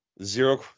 zero